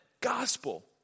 gospel